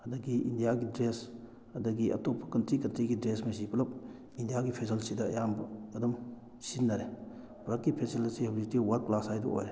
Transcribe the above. ꯑꯗꯒꯤ ꯏꯟꯗꯤꯌꯥꯒꯤ ꯗ꯭ꯔꯦꯁ ꯑꯗꯒꯤ ꯑꯇꯣꯞꯄ ꯀꯟꯇ꯭ꯔꯤ ꯀꯟꯇ꯭ꯔꯤꯒꯤ ꯗ꯭ꯔꯦꯁ ꯈꯩꯁꯤ ꯄꯨꯂꯞ ꯏꯟꯗꯤꯌꯥꯒꯤ ꯐꯤꯖꯣꯜꯁꯤꯗ ꯑꯌꯥꯝꯕ ꯑꯗꯨꯝ ꯁꯤꯖꯤꯟꯅꯔꯦ ꯚꯥꯔꯠꯀꯤ ꯐꯦꯁꯟ ꯑꯁꯤ ꯍꯧꯖꯤꯛꯇꯤ ꯋꯥꯔꯜ ꯀ꯭ꯂꯥꯁ ꯍꯥꯏꯗꯨ ꯑꯣꯏꯔꯦ